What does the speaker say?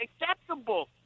acceptable